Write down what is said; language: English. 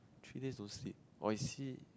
three days no sleep or is he